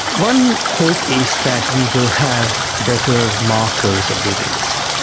one hope is that we will have better markers of disease,